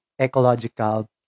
ecological